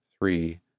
three